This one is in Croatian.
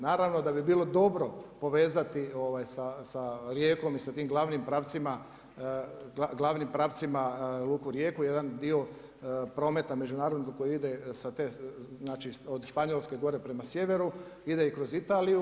Naravno da bi bilo dobro povezati sa Rijekom i sa tim glavnim pravcima luku Rijeku, jedan dio prometa međunarodnog koji ide sa te, znači od Španjolske gore prema sjeveru ide i kroz Italiju.